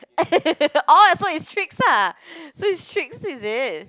orh so it's Trix ah so it's Trix is it